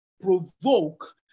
Provoke